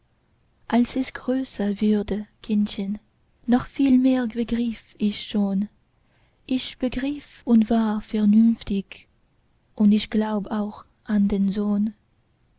als ich größer wurde kindchen noch viel mehr begriff ich schon ich begriff und ward vernünftig und ich glaub auch an den sohn